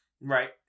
Right